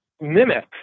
mimic